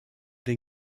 den